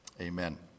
Amen